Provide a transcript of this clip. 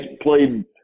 played